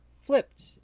flipped